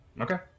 Okay